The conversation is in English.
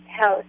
house